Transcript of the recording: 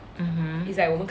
mmhmm